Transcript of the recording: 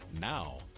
now